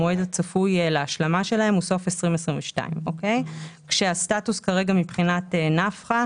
המועד הצפוי להשלמתם הוא סוף 22'. הסטטוס מבחינת נפחא,